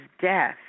death